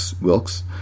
Wilkes